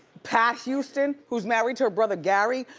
pat houston, who's married to her brother, gary?